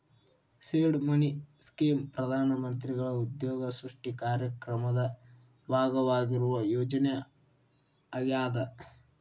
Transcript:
seed money scheme ಪ್ರಧಾನ ಮಂತ್ರಿಗಳ ಉದ್ಯೋಗ ಸೃಷ್ಟಿ ಕಾರ್ಯಕ್ರಮದ ಭಾಗವಾಗಿರುವ ಯೋಜನೆ ಆಗ್ಯಾದ